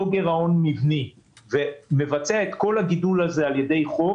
גירעון מבני ומבצע את כל הגידול הזה על ידי חוב,